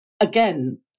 again